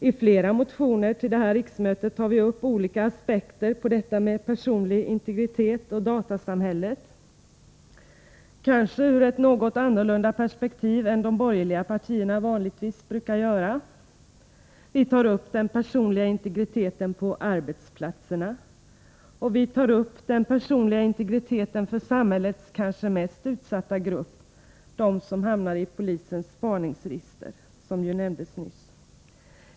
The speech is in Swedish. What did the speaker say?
I flera motioner till detta riksmöte tar vi upp olika aspekter på personlig integritet och datasamhället — kanske ur ett något annat perspektiv än de borgerliga partierna vanligtvis brukar göra. Vi tar t.ex. upp den personliga integriteten på arbetsplatserna och den personliga integriteten för samhällets kanske mest utsatta grupp, nämligen för dem som hamnar i polisens spaningsregister, som ju nämndes nyss.